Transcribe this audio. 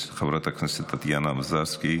חברת הכנסת טטיאנה מזרסקי,